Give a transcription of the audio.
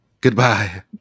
Goodbye